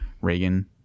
Reagan